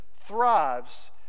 thrives